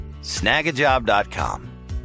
Snagajob.com